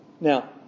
Now